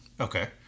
Okay